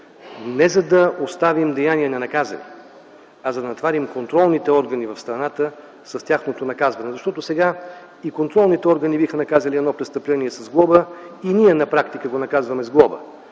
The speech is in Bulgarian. не за да оставим ненаказани деяния, а за да натоварим контролните органи в страната с тяхното наказване. Защото и сега контролните органи биха наказали едно престъпление с глоба, и ние на практика го наказваме с глоба.